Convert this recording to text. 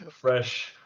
fresh